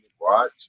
watch